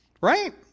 Right